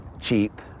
cheap